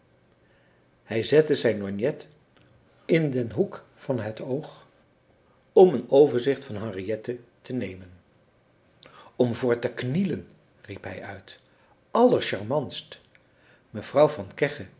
hij zette zijn lorgnet in den hoek van het oog om een overzicht van henriette te nemen om voor te knielen riep hij uit allercharmantst mevrouw van